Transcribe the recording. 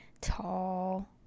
tall